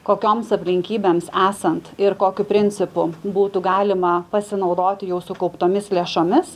kokioms aplinkybėms esant ir kokiu principu būtų galima pasinaudoti jau sukauptomis lėšomis